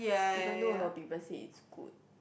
even though a lot of people said is good